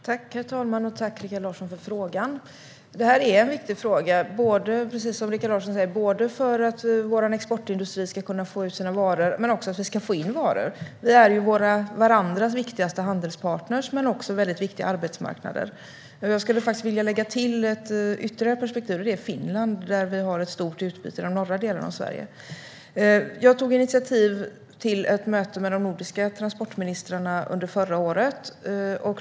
Herr talman! Tack, Rikard Larsson, för frågan! Det är en viktig fråga, som Rikard Larsson säger, både för att vår exportindustri ska kunna få ut sina varor men också för att vi ska få in varor. Vi är varandras viktigaste handelspartner men också väldigt viktiga arbetsmarknader. Jag skulle vilja lägga till ett ytterligare perspektiv. Det är Finland, där vi har ett stort utbyte i de norra delarna av Sverige. Jag tog initiativ till ett möte med de nordiska transportministrarna under förra året.